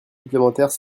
supplémentaires